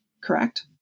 correct